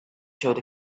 showed